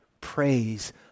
praise